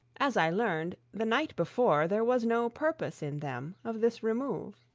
as i learn'd, the night before there was no purpose in them of this remove.